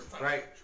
right